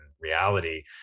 reality